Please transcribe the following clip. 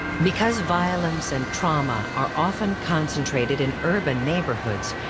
because violence and trauma are often concentrated in urban neighborhoods,